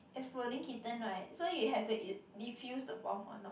exploding kitten right so you have to defuse the bomb or not